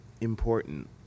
important